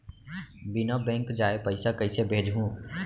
बिना बैंक जाये पइसा कइसे भेजहूँ?